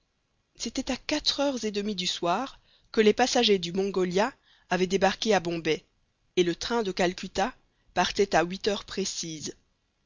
c'était à quatre heures et demie du soir que les passagers du mongolia avaient débarqué à bombay et le train de calcutta partait à huit heures précises